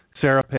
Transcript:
Sarah